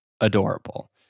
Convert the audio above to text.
adorable